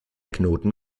knoten